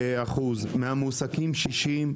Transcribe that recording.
מהמועסקים 60%,